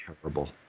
terrible